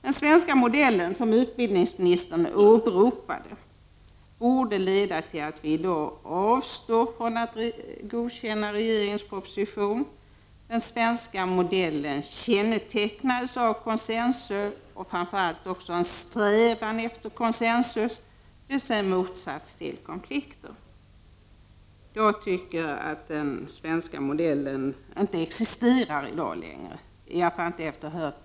Den svenska modellen — som utbildningsministern åberopade — borde leda till att riksdagen i dag avstår ifrån att godkänna regeringens proposition. Den svenska modellen kännetecknades av konsensus, och framför allt en strävan efter konsensus, dvs. motsatsen till konflikter. Jag tycker, åtminstone efter att ha lyssnat på dagens debatt, att den svenska modellen inte existerar längre.